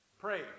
Pray